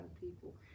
people